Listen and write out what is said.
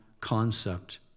concept